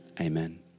amen